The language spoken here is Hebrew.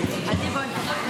2023, נתקבל.